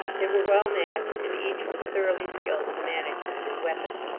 they were well matched, and each was thoroughly skilled in the management of his weapon.